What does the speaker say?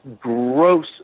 gross